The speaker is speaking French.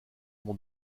mon